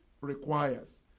requires